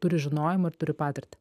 turi žinojimo ir turi patirtį